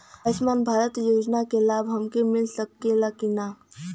आयुष्मान भारत योजना क लाभ हमके मिल सकत ह कि ना?